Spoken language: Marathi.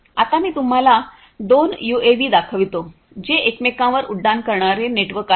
आता मी तुम्हाला दोन यूएव्ही दाखवितो जे एकमेकांवर उड्डाण करणारे नेटवर्क आहेत